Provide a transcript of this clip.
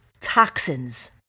toxins